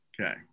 Okay